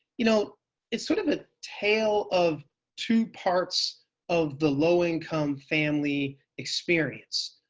you know it's sort of a tale of two parts of the low-income family experience.